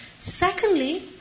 Secondly